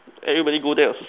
everybody go there also